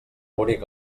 bonic